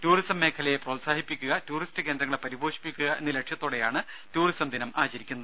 tourism മേഖലയെ പ്രോത്സാഹിപ്പിക്കുക tourist കേന്ദ്രങ്ങളെ പരിപോഷിപ്പിക്കുക എന്നീ ലക്ഷ്യത്തോടെയാണ് ടൂറിസം ദിനം ആചരിക്കുന്നത്